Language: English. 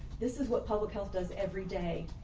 this is what public health does every day.